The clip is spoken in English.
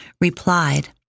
replied